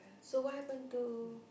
so what happen to